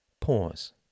pause